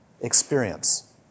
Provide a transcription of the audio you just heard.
experience